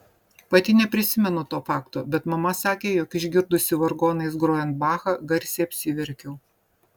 pati neprisimenu to fakto bet mama sakė jog išgirdusi vargonais grojant bachą garsiai apsiverkiau